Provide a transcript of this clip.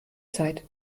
zeit